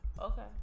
Okay